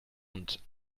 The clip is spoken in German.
und